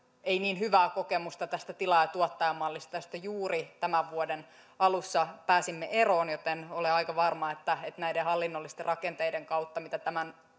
ei niin hyvää kokemusta tästä tilaaja tuottaja mallista josta juuri tämän vuoden alussa pääsimme eroon joten olen aika varma että näiden hallinnollisten rakenteiden kautta mitä tämän